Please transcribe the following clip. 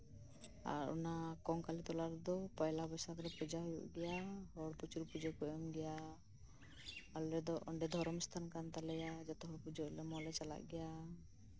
ᱟᱨ ᱚᱱᱟ ᱠᱚᱝᱠᱟᱞᱤᱛᱚᱞᱟ ᱨᱮᱫᱚ ᱯᱚᱭᱞᱟ ᱵᱳᱭᱥᱟᱠᱷ ᱨᱮ ᱯᱩᱡᱟᱹ ᱦᱩᱭᱩᱜ ᱜᱮᱭᱟ ᱟᱨ ᱦᱚᱲ ᱯᱨᱚᱪᱩᱨ ᱯᱩᱡᱟᱹ ᱠᱚ ᱮᱢ ᱜᱮᱭᱟ ᱟᱞᱮ ᱫᱚ ᱚᱸᱰᱮ ᱫᱷᱚᱨᱚᱢ ᱥᱛᱷᱟᱱ ᱠᱟᱱ ᱛᱟᱞᱮᱭᱟ ᱚᱸᱰᱮ ᱦᱚᱸᱞᱮ ᱪᱟᱞᱟᱜ ᱜᱮᱭᱟ